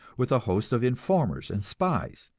with a host of informers and spies.